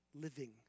Living